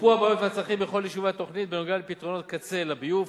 מופו הבעיות והצרכים בכל יישובי התוכנית בנוגע לפתרונות קצה לביוב.